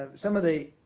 some of the